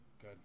good